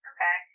Okay